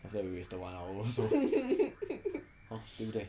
that's why we wasted one hour so hor 对不对